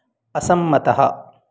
असंमतः